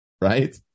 right